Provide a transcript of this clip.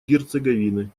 герцеговины